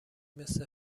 مثل